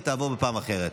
והיא תעבור בפעם אחרת,